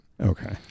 Okay